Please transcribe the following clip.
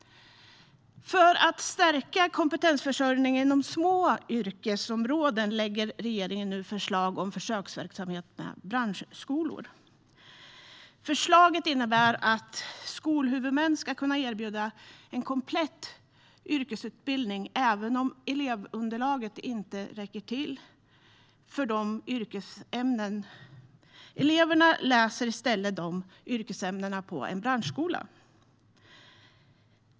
För att stärka kompetensförsörjningen inom små yrkesområden lägger regeringen nu fram förslag om försöksverksamhet med branschskolor. Förslaget innebär att skolhuvudmän ska kunna erbjuda en komplett yrkesutbildning även om elevunderlaget inte räcker till för yrkesämnena. Eleverna läser i stället yrkesämnena på en branschskola.